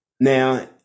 Now